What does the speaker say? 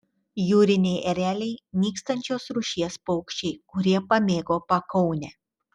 jūriniai ereliai nykstančios rūšies paukščiai kurie pamėgo pakaunę